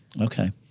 Okay